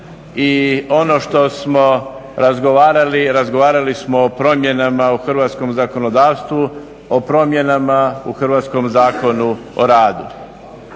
i ono što smo razgovarali, razgovarali smo o promjenama u hrvatskom zakonodavstvu, o promjenama u hrvatskom Zakonu o radu.